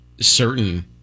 certain